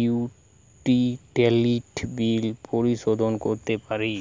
utility bill পরিশোধ করতে পারি